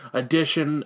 edition